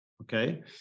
okay